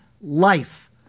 life